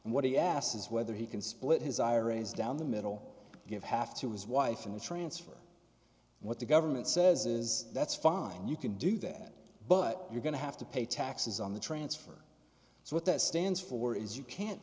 and what he asks is whether he can split his iras down the middle give half to his wife in the transfer what the government says is that's fine you can do that but you're going to have to pay taxes on the transfer so what that stands for is you can't